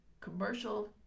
commercial